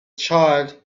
child